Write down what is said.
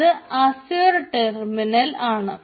അത് Azure terminal ആണ്